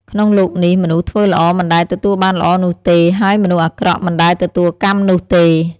ក្នុងលោកនេះ មនុស្សធ្វើល្អមិនដែលទទួលបានល្អនោះទេ ហើយមនុស្សអាក្រក់មិនដែលទទួលកម្មនោះទេ។